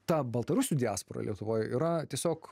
ta baltarusių diaspora lietuvoj yra tiesiog